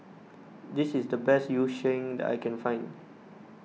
this is the best Yu Sheng that I can find